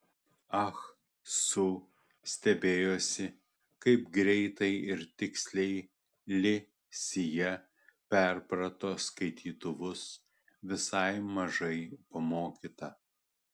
ah su stebėjosi kaip greitai ir tiksliai li sija perprato skaitytuvus visai mažai pamokyta